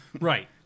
Right